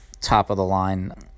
top-of-the-line